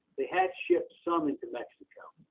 they had shipped some into mexico.